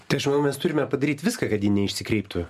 tai aš manau mes turime padaryt viską kad ji neišsikreiptų